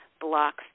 blocks